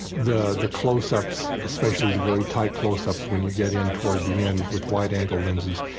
the. the close ups, especially the very tight close-ups when you get in toward the end with wide angle lenses.